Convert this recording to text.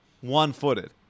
one-footed